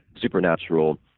supernatural